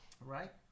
Right